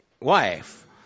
Wife